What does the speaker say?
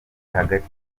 hagati